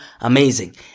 amazing